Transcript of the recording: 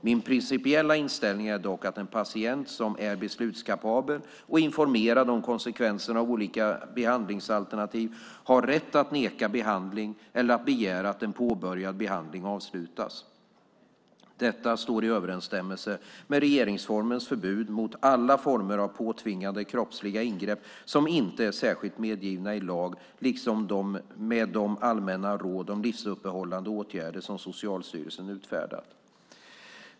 Min principiella inställning är dock att en patient som är beslutskapabel och informerad om konsekvenserna av olika behandlingsalternativ har rätt att neka behandling eller att begära att en påbörjad behandling avslutas. Detta står i överensstämmelse med regeringsformens förbud mot alla former av påtvingade kroppsliga ingrepp som inte är särskilt medgivna i lag liksom med de allmänna råd om livsuppehållande åtgärder som Socialstyrelsen utfärdat.